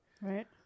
Right